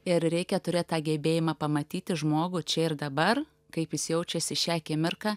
ir reikia turėt tą gebėjimą pamatyti žmogų čia ir dabar kaip jis jaučiasi šią akimirką